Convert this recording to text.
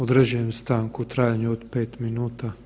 Određujem stanku u trajanju od 5 minuta.